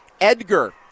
Edgar